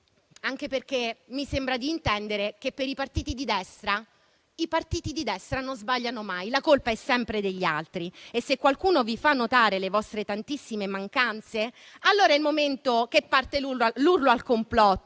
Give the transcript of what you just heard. anche perché mi sembra di intendere che i partiti di destra non sbagliano mai e la colpa è sempre degli altri. E se qualcuno vi fa notare le vostre tantissime mancanze, allora è il momento che parte l'urlo al complotto,